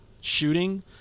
shooting